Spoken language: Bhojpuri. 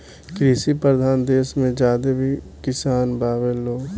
कृषि परधान देस मे ज्यादे किसान बावे लोग